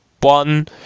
one